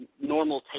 normal